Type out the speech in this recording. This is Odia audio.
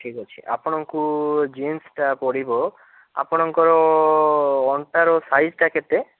ଠିକ୍ ଅଛି ଆପଣଙ୍କୁ ଜିନ୍ସଟା ପଡ଼ିବ ଆପଣଙ୍କର ଅଣ୍ଟାର ସାଇଜ୍ଟା କେତେ